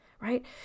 right